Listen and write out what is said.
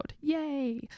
Yay